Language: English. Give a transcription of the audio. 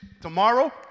tomorrow